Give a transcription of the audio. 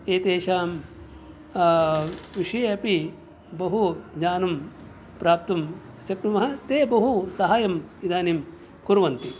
एतेषां विषये अपि बहुज्ञानं प्राप्तुं शक्नुमः ते बहुसहायम् इदानीं कुर्वन्ति